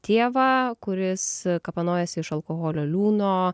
tėvą kuris kapanojasi iš alkoholio liūno